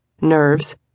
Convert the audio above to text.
nerves